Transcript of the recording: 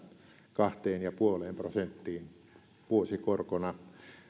kahteen pilkku viiteen prosenttiin vuosikorkona